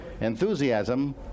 Enthusiasm